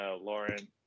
Lauren